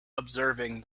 observing